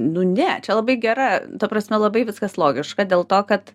nu ne čia labai gera ta prasme labai viskas logiška dėl to kad